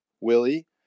Willie